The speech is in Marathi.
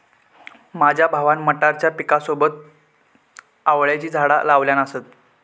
माझ्या भावान मटारच्या पिकासोबत आवळ्याची झाडा लावल्यान असत